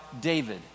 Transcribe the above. David